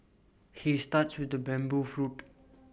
he starts with the bamboo flute